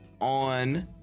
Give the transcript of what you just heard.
on